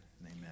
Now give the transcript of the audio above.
amen